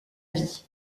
vie